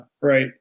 right